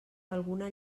alguna